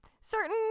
certain